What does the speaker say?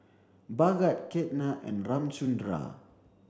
Bhagat Ketna and Ramchundra